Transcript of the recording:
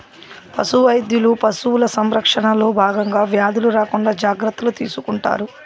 పశు వైద్యులు పశువుల సంరక్షణలో భాగంగా వ్యాధులు రాకుండా జాగ్రత్తలు తీసుకుంటారు